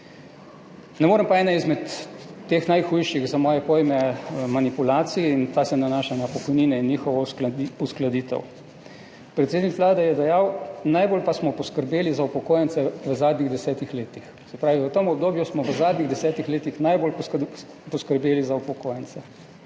za moje pojme ene izmed najhujših manipulacij, in ta se nanaša na pokojnine in njihovo uskladitev. Predsednik Vlade je dejal: »Najbolj pa smo poskrbeli za upokojence v zadnjih desetih letih.« Se pravi, v tem obdobju smo v zadnjih desetih letih najbolj poskrbeli za upokojence,